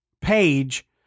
page